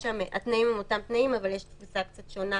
התנאים הם אותם תנאים אבל יש תפוסה קצת שונה.